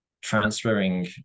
transferring